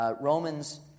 Romans